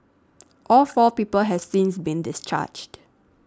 all four people have since been discharged